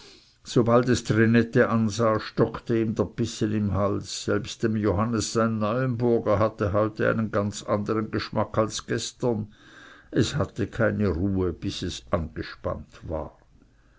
sobald es trinette ansah stockte ihm der bissen im halse selbst dem johannes sein neuenburger hatte heute einen ganz andern geschmack als gestern es hatte keine ruhe bis angespannt war